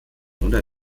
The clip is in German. oder